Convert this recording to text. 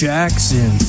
Jackson